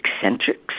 eccentrics